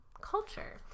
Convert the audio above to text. culture